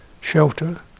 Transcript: shelter